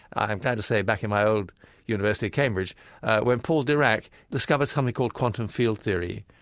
i'm glad to say, back in my old university of cambridge where paul dirac discovered something called quantum field theory.